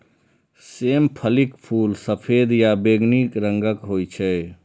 सेम फलीक फूल सफेद या बैंगनी रंगक होइ छै